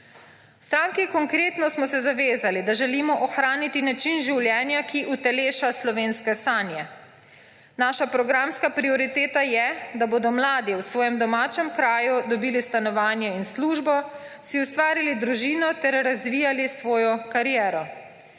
V stranki Konkretno smo se zavezali, da želimo ohraniti način življenja, ki uteleša slovenske sanje. Naša programska prioriteta je, da bodo mladi v svojem domačem kraju dobili stanovanje in službo, si ustvarili družino ter razvijali svojo kariero.